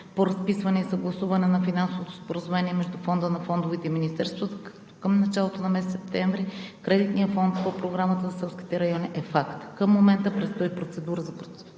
по разписване и съгласуване на финансовото споразумение между Фонда на фондовете и Министерството. Към началото на месец септември кредитният фонд по Програмата за селските райони е факт. Към момента предстои процедура за избор